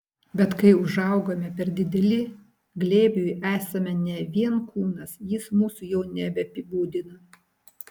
bet kai užaugame per dideli glėbiui esame ne vien kūnas jis mūsų jau neapibūdina